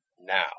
Now